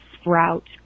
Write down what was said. sprout